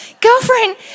Girlfriend